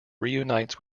reunites